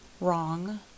Wrong